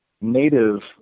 native